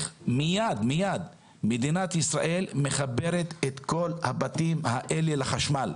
מיד מדינת ישראל מחברת את כל הבתים האלה לחשמל.